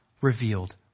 revealed